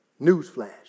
newsflash